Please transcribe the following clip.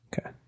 okay